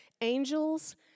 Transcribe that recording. angels